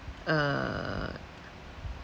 err